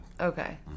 Okay